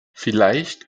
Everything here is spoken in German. vielleicht